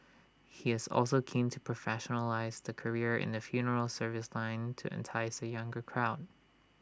he is also keen to professionalise the career in the funeral service line to entice A younger crowd